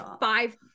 five